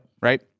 Right